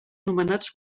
nomenats